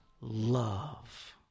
love